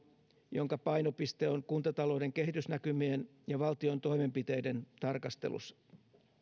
jonka painopiste on kuntatalouden kehitysnäkymien ja valtion toimenpiteiden tarkastelussa